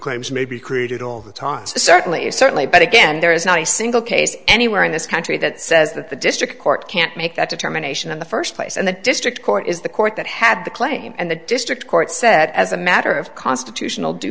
claims may be created all the time certainly is certainly but again there is not a single case anywhere in this country that says that the district court can't make that determination in the first place and the district court is the court that had the claim and the district court said as a matter of constitutional due